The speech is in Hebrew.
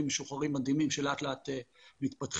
משוחררים מדהימים שלאט לאט מתפתחים,